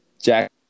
Jack